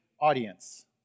audience